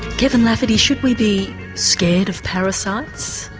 kevin lafferty, should we be scared of parasites,